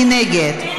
מי נגד?